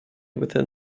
within